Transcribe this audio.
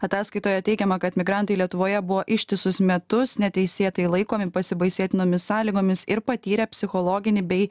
ataskaitoje teigiama kad migrantai lietuvoje buvo ištisus metus neteisėtai laikomi pasibaisėtinomis sąlygomis ir patyrė psichologinį bei